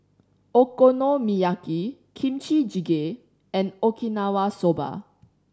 Okonomiyaki Kimchi Jjigae and Okinawa Soba